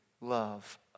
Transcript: love